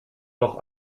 noch